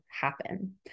happen